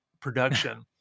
production